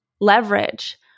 leverage